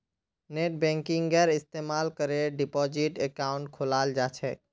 नेटबैंकिंगेर इस्तमाल करे डिपाजिट अकाउंट खोलाल जा छेक